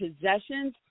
possessions